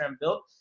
built